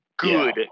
Good